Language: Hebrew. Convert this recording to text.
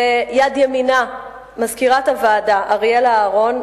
ויד ימינה, מזכירת הוועדה אריאלה אהרון.